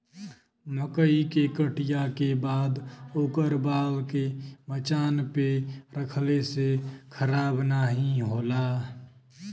मकई के कटिया के बाद ओकर बाल के मचान पे रखले से खराब नाहीं होला